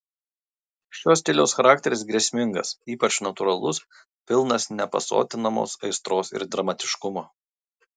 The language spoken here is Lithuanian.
šio stiliaus charakteris grėsmingas ypač natūralus pilnas nepasotinamos aistros ir dramatiškumo